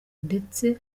ndetse